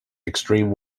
extreme